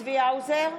צבי האוזר,